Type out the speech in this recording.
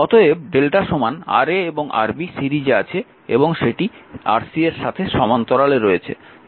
অতএব lrmΔ Ra এবং Rb সিরিজে আছে এবং সেটি Rc এর সাথে সমান্তরালে রয়েছে